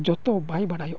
ᱡᱚᱛᱚ ᱵᱟᱭ ᱵᱟᱰᱟᱭᱚᱜ ᱠᱟᱱᱟ